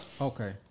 Okay